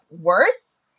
worse